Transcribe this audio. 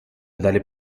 dalle